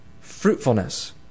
fruitfulness